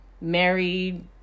married